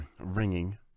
Ringing